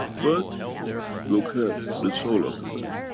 but look at the soul of the man